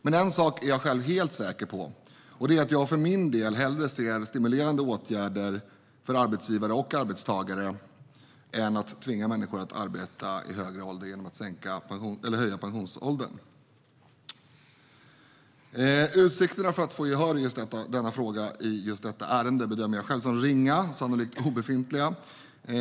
Men en sak är jag helt säker på, och det är att jag för min del hellre ser stimulerande åtgärder för arbetsgivare och arbetstagare än att man ska tvinga människor att arbeta i högre ålder genom att höja pensionsåldern. Utsikterna att få gehör för denna fråga i just detta ärende bedömer jag själv som ringa, sannolikt obefintliga.